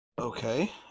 Okay